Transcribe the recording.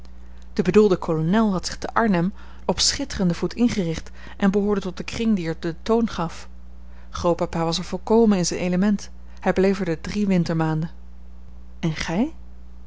de bedoelde kolonel had zich te arnhem op schitterenden voet ingericht en behoorde tot den kring die er den toon gaf grootpapa was er volkomen in zijn element hij bleef er de drie wintermaanden en gij